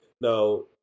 Now